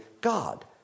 God